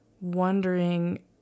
wondering